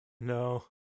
no